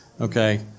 okay